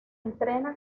entrena